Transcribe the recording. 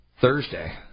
Thursday